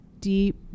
deep